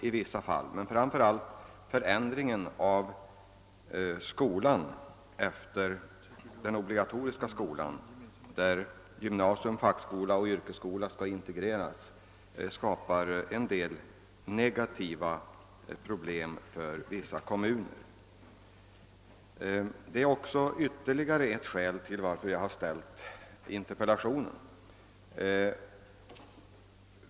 Framför allt är det dock den nya organisationen av undervisningen = efter den obligatoriska skolan, då gymnasium, fackskola och yrkesskola skall integreras till en skolform, gymnasieskolan, som kan få en del negativa följder för vissa kommuner. Jag har också haft ytterligare ett skäl till att framställa interpellationen.